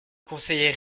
conseillait